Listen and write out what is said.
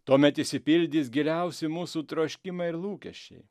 tuomet išsipildys giliausi mūsų troškimai ir lūkesčiai